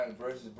versus